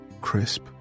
crisp